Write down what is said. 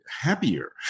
happier